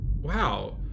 Wow